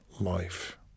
life